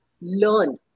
learn